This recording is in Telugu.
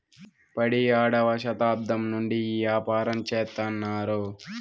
పడియేడవ శతాబ్దం నుండి ఈ యాపారం చెత్తన్నారు